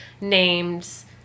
names